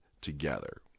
together